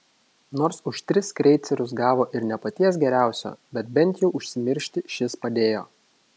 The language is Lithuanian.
nors už tris kreicerius gavo ir ne paties geriausio bet bent jau užsimiršti šis padėjo